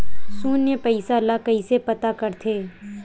शून्य पईसा ला कइसे पता करथे?